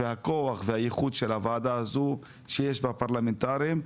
והכוח והייחוד של הוועדה הזו שיש בה פרלמנטרים.